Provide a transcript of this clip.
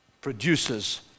produces